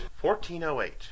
1408